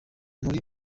muri